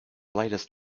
latest